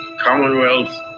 Commonwealth